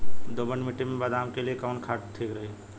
दोमट मिट्टी मे बादाम के लिए कवन खाद ठीक रही?